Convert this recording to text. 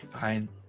fine